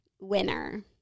winner